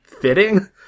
fitting